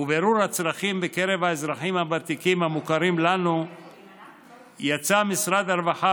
ובירור הצרכים בקרב האזרחים הוותיקים המוכרים לנו יצא משרד הרווחה,